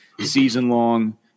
season-long